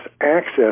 access